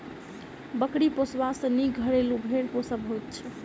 बकरी पोसबा सॅ नीक घरेलू भेंड़ पोसब होइत छै